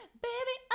Baby